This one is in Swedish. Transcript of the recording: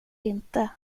inte